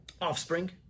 offspring